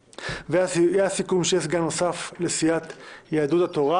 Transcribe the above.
והיה סיכום שיהיה סגן נוסף לסיעת יהדות התורה.